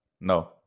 No